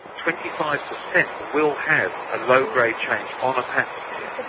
twenty five percent will have a low grade change on a pap smear.